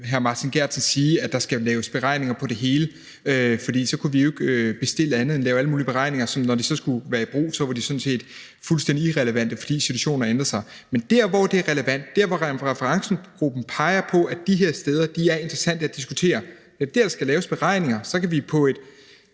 hr. Martin Geertsen sige – at der skal laves beregninger på det hele, for så kunne vi jo ikke bestille andet end at lave alle mulige beregninger, og når de så skulle bruges, ville de sådan set være fuldstændig irrelevante, fordi situationen havde ændret sig. Men det er dér, hvor det er relevant, og det er de steder, som referencegruppen peger på er interessante at diskutere, at der skal laves beregninger. Så kan vi på et